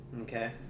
Okay